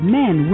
men